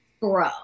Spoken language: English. bro